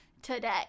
Today